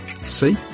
See